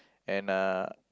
and a